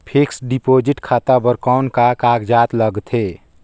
Fixed deposit खाता बर कौन का कागजात लगथे?